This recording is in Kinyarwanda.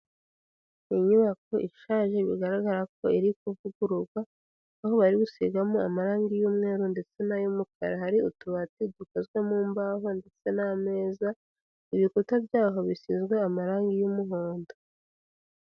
Inyubako ishaje bigaragara ko iri kuvugururwa aho bari gusigamo amarangi y'umweru ndetse n'ay'umukara, hari utubati dukozwe mu mbaho ndetse n'ameza, ibikuta byaho bisizwe amarangi y'umuhondo.